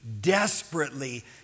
desperately